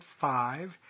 five